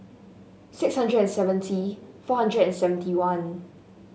six hundred and seventy four hundred and seventy one